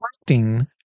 acting